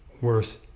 worth